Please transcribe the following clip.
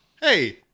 Hey